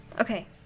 Okay